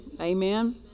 Amen